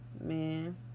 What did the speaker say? Man